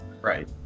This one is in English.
Right